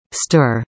stir